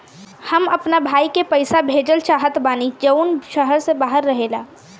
हम अपना भाई के पइसा भेजल चाहत बानी जउन शहर से बाहर रहेला